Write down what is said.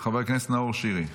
חבר הכנסת נאור שירי.